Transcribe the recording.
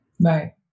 Right